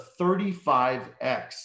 35x